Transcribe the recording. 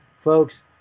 Folks